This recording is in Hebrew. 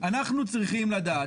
אנחנו צריכים לדעת,